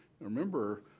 Remember